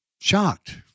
shocked